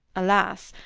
alas!